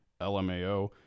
LMAO